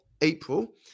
April